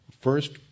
first